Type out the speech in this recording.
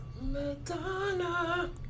Madonna